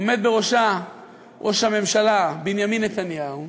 עומד בראשה ראש הממשלה בנימין נתניהו,